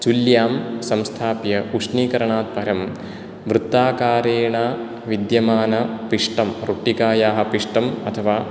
चुल्यां संस्थाप्य उष्णीकरणात् परं वृत्ताकारेण विद्यमानपिष्टं रोट्टिकायाः पिष्टम् अथवा